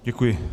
Děkuji.